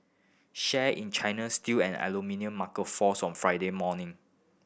share in China's steel and aluminium marker fells on Friday morning